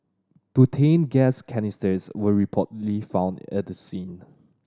butane gas canisters were reportedly found at the scene